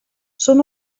són